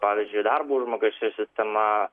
pavyzdžiui darbo užmokesčio sistema